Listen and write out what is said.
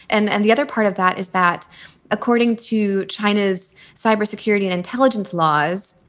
and and the other part of that is that according to china's cybersecurity and intelligence laws,